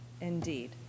indeed